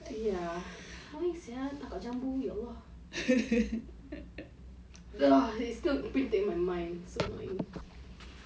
tiffany can you stop moving your hand left and right aku tak buat gitu eh !aiya! how sia tangkap jambu ya allah